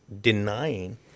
denying